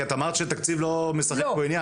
כי את אמרת שתקציב לא משחק פה עניין,